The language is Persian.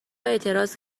اعتراض